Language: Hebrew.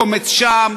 קומץ שם.